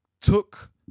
took